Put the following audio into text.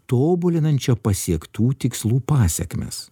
tobulinančią pasiektų tikslų pasekmes